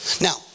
now